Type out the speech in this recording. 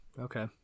Okay